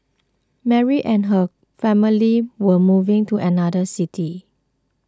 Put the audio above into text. Mary and her family were moving to another city